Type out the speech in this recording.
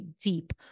deep